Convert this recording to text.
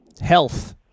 Health